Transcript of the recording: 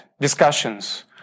discussions